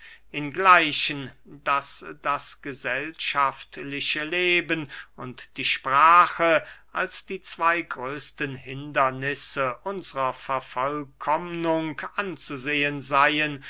ingleichen daß das gesellschaftliche leben und die sprache als die zwey größten hindernisse unsrer vervollkommnung anzusehen seyen